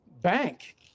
bank